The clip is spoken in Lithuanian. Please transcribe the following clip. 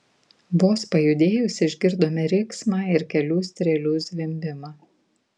vos pajudėjus išgirdome riksmą ir kelių strėlių zvimbimą